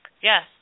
Yes